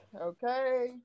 Okay